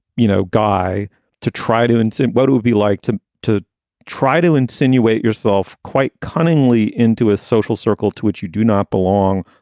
you know, guy to try to and see what it would be like to to try to insinuate yourself quite cunningly into a social circle to which you do not belong.